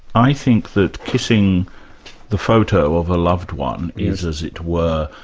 i think that kissing the photo of a loved one is as it were,